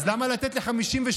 אז למה לתת ל-52%,